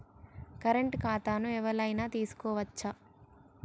Current ఖాతాను ఎవలైనా తీసుకోవచ్చా?